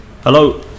Hello